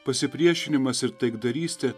pasipriešinimas ir taikdarystė